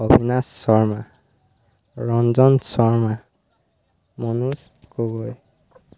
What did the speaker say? Abinash Sharma Ranjan Sharma Manoj Gogoi